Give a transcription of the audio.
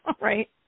Right